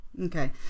Okay